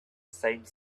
same